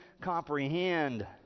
comprehend